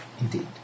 Indeed